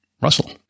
Russell